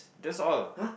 that's all